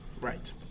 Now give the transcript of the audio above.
right